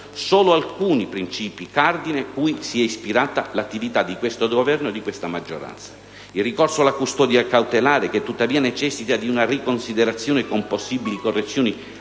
solo alcuni principi cardine cui si è ispirata l'attività di questo Governo e di questa maggioranza: il ricorso alla custodia cautelare, che tuttavia necessita di una riconsiderazione con possibili correzioni